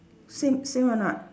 same same or not